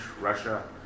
Russia